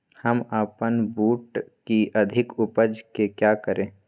हम अपन बूट की अधिक उपज के क्या करे?